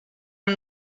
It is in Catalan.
amb